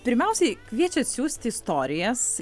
pirmiausiai kviečiat siųsti istorijas